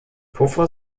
puffer